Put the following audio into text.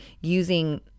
using